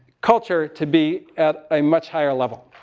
culture to be at a much higher level.